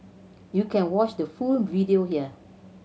you can watch the full video here